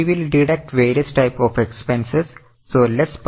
Then we will deduct various types of expenses